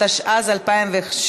התשע"ה 2015, לוועדה שתקבע ועדת